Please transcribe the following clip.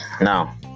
Now